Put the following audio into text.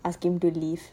ask him to leave